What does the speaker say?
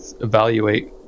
evaluate